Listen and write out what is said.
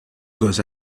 goes